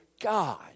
God